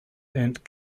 earned